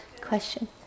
Question